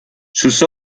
sus